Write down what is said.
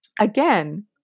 again